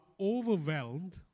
overwhelmed